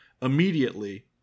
immediately